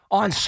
on